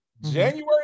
January